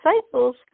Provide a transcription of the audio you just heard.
disciples